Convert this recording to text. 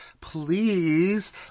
please